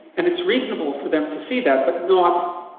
and it's reasonable for them to see that, but not